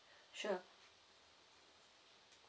sure